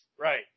Right